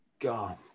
God